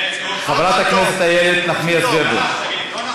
חברת הכנסת איילת נחמיאס ורבין.